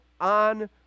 on